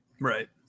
Right